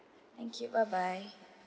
thank you bye bye